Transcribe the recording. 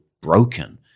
broken